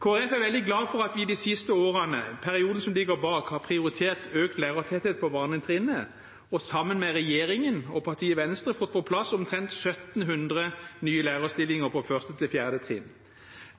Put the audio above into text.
Folkeparti er veldig glade for at vi de siste årene, i perioden som ligger bak oss, har prioritert økt lærertetthet på barnetrinnet og sammen med regjeringen og partiet Venstre fått på plass omtrent 1 700 nye lærerstillinger på 1.–4. trinn.